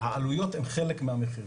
העלויות הן חלק מהמחיר.